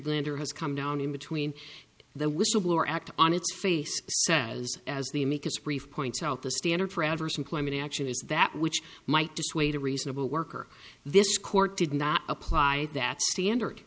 friedlander has come down in between the whistleblower act on its face says as the amicus brief points out the standard forever some climate action is that which might dissuade a reasonable worker this court did not apply that standard